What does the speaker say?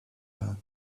her